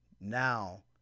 now